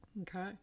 Okay